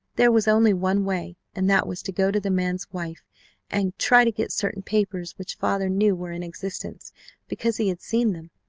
there was only one way and that was to go to the man's wife and try to get certain papers which father knew were in existence because he had seen them,